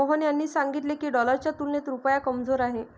मोहन यांनी सांगितले की, डॉलरच्या तुलनेत रुपया कमजोर आहे